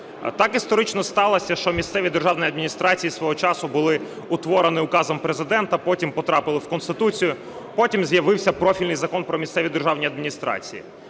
Так історично сталося, що місцеві державні адміністрації свого часу були утворені указом Президента, потім потрапили в Конституцію, потім з'явився профільний Закон "Про місцеві державні адміністрації".